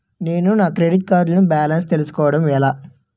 నేను నా credit card లో బాలన్స్ తెలుసుకోవడం ఎలా?